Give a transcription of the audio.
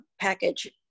package